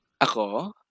Ako